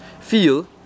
feel